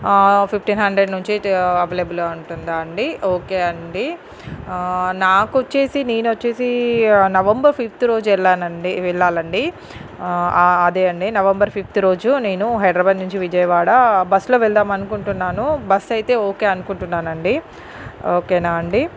fifteen hundred నుంచి available ఉంటుందా అండి ఓకే అండి నాకొచ్చేసి నేనొచ్చేసి నవంబర్ ఫిఫ్త్ రోజు వెళ్లానండి వెళ్లాలండి అదే అండి నవంబర్ ఫిఫ్త్ రోజు నేను హైదరాబాద్ నుంచి విజయవాడ బస్సులో వెళ్దామనుకుంటున్నాను బస్ అయితే ఓకే అనుకుంటున్నానండి ఓకేనా అండి